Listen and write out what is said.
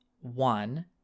One